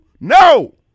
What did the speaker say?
No